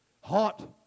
hot